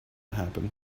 happen